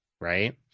Right